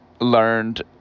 Learned